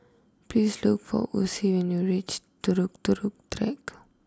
please look for Ocie when you reach Turut Track